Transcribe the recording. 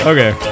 Okay